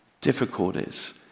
difficulties